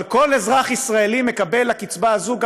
אבל כל אזרח ישראלי מקבל על הקצבה הזאת גם